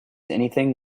anything